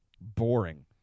Boring